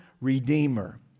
redeemer